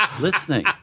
listening